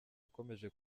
akomeje